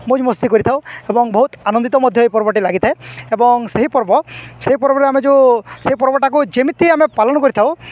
ମଉଜ ମସ୍ତି କରିଥାଉ ଏବଂ ବହୁତ ଆନନ୍ଦିତ ମଧ୍ୟ ଏ ପର୍ବଟି ଲାଗିଥାଏ ଏବଂ ସେହି ପର୍ବ ସେଇ ପର୍ବରେ ଆମେ ଯେଉଁ ସେଇ ପର୍ବଟାକୁ ଯେମିତି ଆମେ ପାଳନ କରିଥାଉ